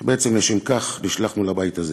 כי בעצם לשם כך נשלחנו לבית הזה.